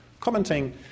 commenting